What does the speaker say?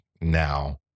now